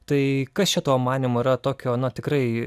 tai kas čia tavo manymu yra tokio na tikrai